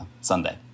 Sunday